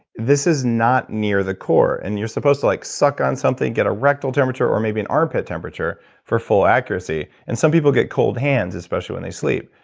this is not near the core and you're supposed to like, suck on something get a rectal temperature, or maybe an armpit temperature for full accuracy. and some people get cold hands, especially when they sleep.